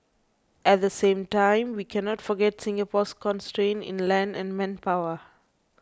at the same time we cannot forget Singapore's constraints in land and manpower